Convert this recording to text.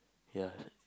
ya